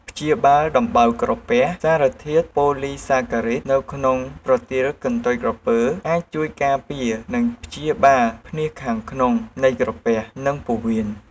ព្យាបាលដំបៅក្រពះ សារធាតុ "ប៉ូលីសាការីដ" នៅក្នុងប្រទាលកន្ទុយក្រពើអាចជួយការពារ និងព្យាបាលភ្នាសខាងក្នុងនៃក្រពះ និងពោះវៀន។